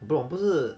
block 不是